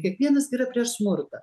kiekvienas yra prieš smurtą